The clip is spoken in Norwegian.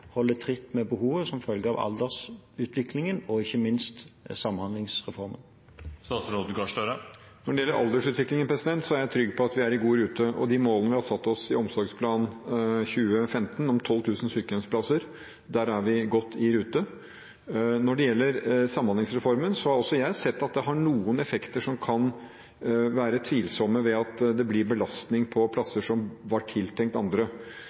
tritt med behovet som følge av aldersutviklingen og ikke minst Samhandlingsreformen? Når det gjelder aldersutviklingen, er jeg trygg på at vi er i god rute, og for de målene vi har satt oss i Omsorgsplan 2015, om 12 000 sykehjemsplasser, er vi godt i rute. Når det gjelder Samhandlingsreformen, har også jeg sett at den har noen effekter som kan være tvilsomme ved at det blir belastning på plasser som var tiltenkt andre.